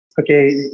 Okay